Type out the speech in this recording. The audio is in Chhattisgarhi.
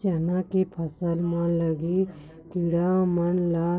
चना के फसल म लगे किड़ा मन ला